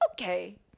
Okay